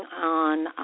on